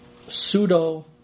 pseudo